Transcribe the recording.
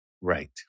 Right